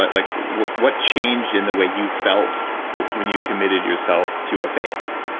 like like what what changed in the way you felt when you committed yourself to a faith?